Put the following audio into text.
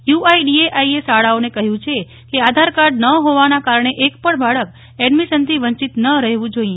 UIDAI એ શાળાઓને કહ્યું છે કે આધાર કાર્ડ ન હોવાના કારણે એકપણ બાળક એડમિશનથી વંચીત ન રહેવુ જોઈએ